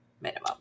minimum